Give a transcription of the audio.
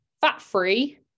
fat-free